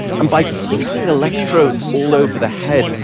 and by placing electrodes all over the head,